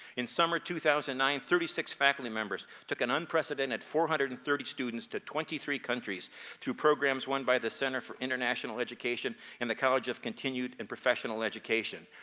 in summer two thousand and nine, thirty six faculty members took an unprecedented four hundred and thirty students to twenty three countries through programs won by the center for international education and the college of continued and professional education.